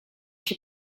się